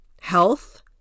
health